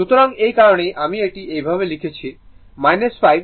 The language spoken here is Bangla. সুতরাং এই কারণেই আমি এটি এইভাবে লিখেছি 5 T4 tdt